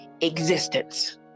existence